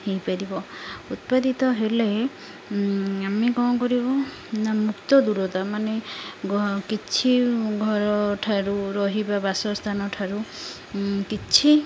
ହେଇପାରିବ ଉତ୍ପାଦିତ ହେଲେ ଆମେ କ'ଣ କରିବୁ ନା ମୁକ୍ତ ଦୂରତା ମାନେ କିଛି ଘରଠାରୁ ରହିବା ବାସସ୍ଥାନ ଠାରୁ କିଛି